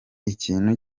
ikintu